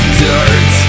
dirt